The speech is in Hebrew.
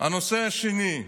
הנושא השני,